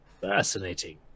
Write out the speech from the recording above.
Fascinating